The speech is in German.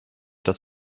dass